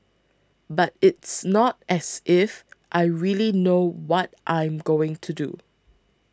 but it's not as if I really know what I'm going to do